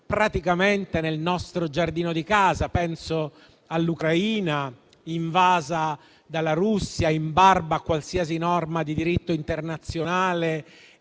praticamente nel nostro giardino di casa. Penso all'Ucraina, invasa dalla Russia in barba a qualsiasi norma di diritto internazionale,